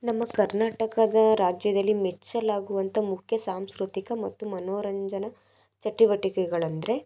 ನಮ್ಮ ಕರ್ನಾಟಕದ ರಾಜ್ಯದಲ್ಲಿ ಮೆಚ್ಚಲಾಗುವಂಥ ಮುಖ್ಯ ಸಾಂಸ್ಕೃತಿಕ ಮತ್ತು ಮನೋರಂಜನಾ ಚಟುವಟಿಕೆಗಳಂದರೆ